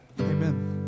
amen